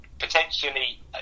potentially